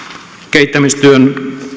kehittämistyön